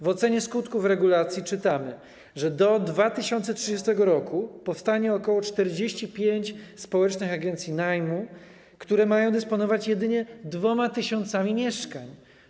W ocenie skutków regulacji czytamy, że do 2030 r. powstanie ok. 45 społecznych agencji najmu, które mają dysponować jedynie 2 tys. mieszkań.